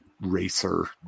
racer